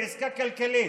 היא עסקה כלכלית.